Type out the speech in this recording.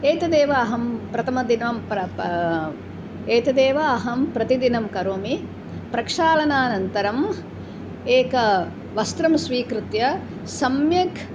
एतदेव अहं प्रथमदिनं प्रा एतदेव अहं प्रतिदिनं करोमि प्रक्षालनानन्तरम् एकं वस्त्रं स्वीकृत्य सम्यक्